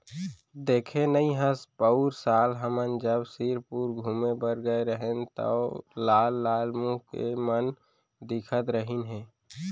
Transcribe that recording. देखे नइ हस पउर साल हमन जब सिरपुर घूमें बर गए रहेन तौ लाल लाल मुंह के मन दिखत रहिन हे